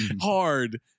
hard